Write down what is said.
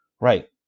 Right